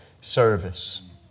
service